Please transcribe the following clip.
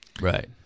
right